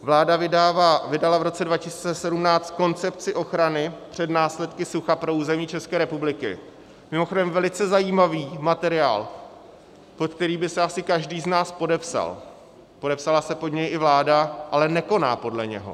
Vláda vydala v roce 2017 koncepci ochrany před následky sucha pro území České republiky, mimochodem velice zajímavý materiál, pod který by se asi každý z nás podepsal, podepsala se pod něj i vláda, ale nekoná podle něho.